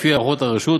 לפי הערכות הרשות,